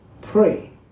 pray